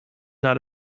not